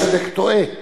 פעמים הצדק טועה.